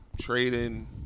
trading